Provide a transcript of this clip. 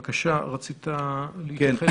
בבקשה, רצית להתייחס,